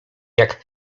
jak